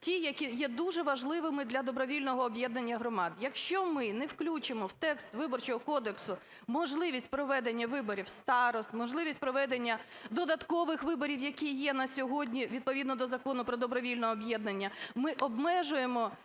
ті, які є дуже важливими для добровільного об'єднання громад. Якщо ми не включимо в текст Виборчого кодексу можливість проведення виборів старост, можливість проведення додаткових виборів, які є на сьогодні відповідно до Закону "Про добровільне об'єднання". Ми обмежуємо